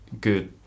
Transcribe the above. good